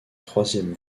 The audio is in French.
troisième